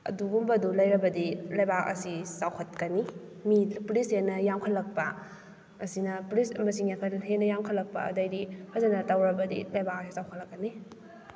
ꯑꯗꯨꯒꯨꯝꯕꯗꯨ ꯂꯩꯔꯕꯗꯤ ꯂꯩꯕꯥꯛ ꯑꯁꯤ ꯆꯥꯎꯈꯠꯀꯅꯤ ꯃꯤ ꯄꯨꯂꯤꯁ ꯍꯦꯟꯅ ꯌꯥꯝꯈꯠꯂꯛꯄ ꯑꯁꯤꯅ ꯄꯨꯂꯤꯁ ꯃꯁꯤꯡ ꯍꯦꯟꯅ ꯌꯥꯝꯈꯠꯂꯛꯄ ꯑꯗꯩꯗꯤ ꯐꯖꯅ ꯇꯧꯔꯕꯗꯤ ꯂꯩꯕꯥꯛ ꯑꯁꯤ ꯆꯥꯎꯈꯠꯂꯛꯀꯅꯤ